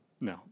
No